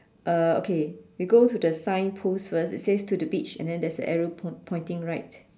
uh okay we go to the signpost first it's say to the beach and there's an arrow poin~ pointing right